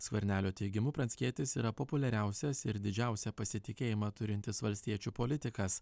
skvernelio teigimu pranckietis yra populiariausias ir didžiausią pasitikėjimą turintis valstiečių politikas